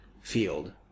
field